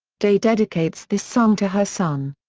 day dedicates this song to her son.